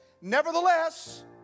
Nevertheless